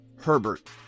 Herbert